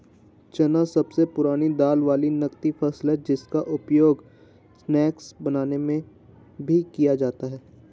चना सबसे पुरानी दाल वाली नगदी फसल है जिसका उपयोग स्नैक्स बनाने में भी किया जाता है